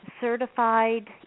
certified